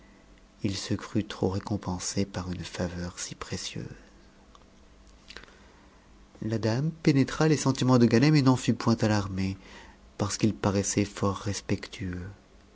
il se crut trop récompensé par une faveur si précieuse la dame pénétra les sentiments de ganem et n'en fut point aiarmëc parce qu'il paraissait fort respecteux